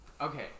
Okay